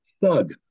thug